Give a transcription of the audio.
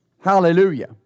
Hallelujah